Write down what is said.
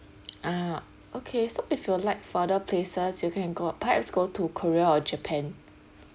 uh okay so if you would like farther places you can go perhaps go to korea or japan